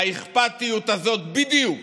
והאכפתיות הזאת בדיוק